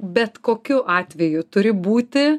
bet kokiu atveju turi būti